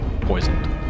poisoned